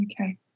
Okay